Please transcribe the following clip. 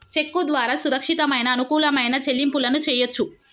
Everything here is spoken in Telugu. చెక్కు ద్వారా సురక్షితమైన, అనుకూలమైన చెల్లింపులను చెయ్యొచ్చు